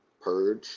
purge